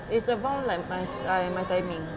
it's around like my I my timing